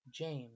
James